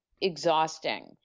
exhausting